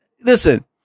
Listen